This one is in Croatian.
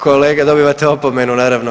Kolega, dobivate opomenu, naravno.